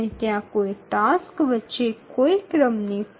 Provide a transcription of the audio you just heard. এখানে কোন টাস্কের মধ্যে ক্রমবর্ধমান অগ্রগতি নেই